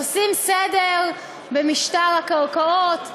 עושים סדר במשטר הקרקעות,